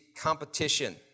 competition